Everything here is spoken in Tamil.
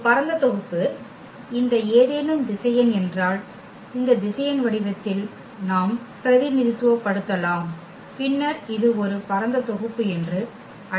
ஒரு பரந்த தொகுப்பு இந்த ஏதேனும் திசையன் என்றால் இந்த திசையன் வடிவத்தில் நாம் பிரதிநிதித்துவப்படுத்தலாம் பின்னர் இது ஒரு பரந்த தொகுப்பு என்று அழைக்கிறோம்